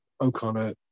O'Connor